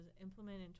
implemented